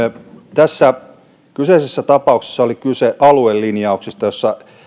tässä kyseisessä tapauksessa oli kyse aluelinjauksista